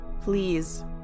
please